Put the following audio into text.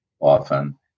often